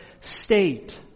state